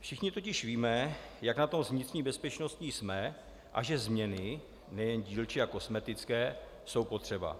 Všichni totiž víme, jak na tom s vnitřní bezpečností jsme a že změny, nejen dílčí a kosmetické, jsou potřeba.